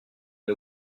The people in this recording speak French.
une